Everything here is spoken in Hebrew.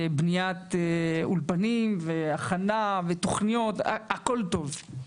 בניית אולפנים, הכנה ותוכניות, הכול טוב.